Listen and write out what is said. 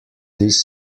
this